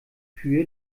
kühe